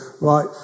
right